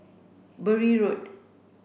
Bury Road